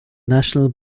national